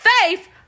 faith